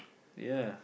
ya